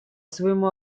своему